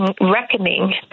reckoning